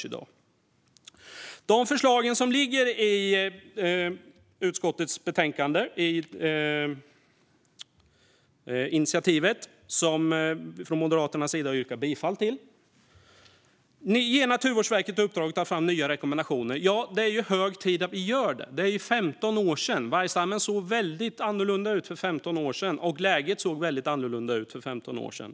Bland förslagen till tillkännagivande i utskottets betänkande, som jag från Moderaternas sida yrkar bifall till, finns att regeringen ska ge Naturvårdsverket i uppdrag att ta fram nya rekommendationer. Det är hög tid att vi gör det. Det är 15 år sedan sist. Vargstammen såg väldigt annorlunda ut för 15 år sedan, och läget såg väldigt annorlunda ut för 15 år sedan.